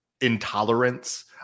intolerance